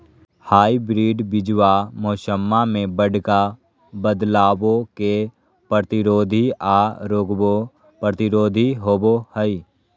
hybrid बीजावा मौसम्मा मे बडका बदलाबो के प्रतिरोधी आ रोगबो प्रतिरोधी होबो हई